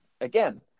again